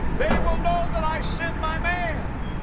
they will know that i sent my man.